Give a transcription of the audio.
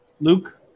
Luke